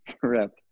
Correct